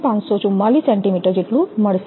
544 centimetre જેટલું મળશે